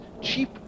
cheap